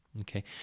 Okay